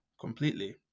completely